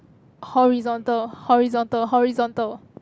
horizontal horizontal horizontal